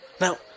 Now